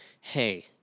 hey